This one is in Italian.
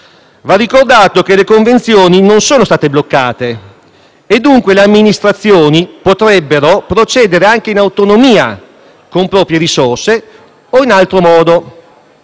va ricordato che le convenzioni non sono state bloccate, dunque le amministrazioni potrebbero procedere anche in autonomia con proprie risorse o in altro modo,